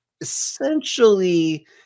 essentially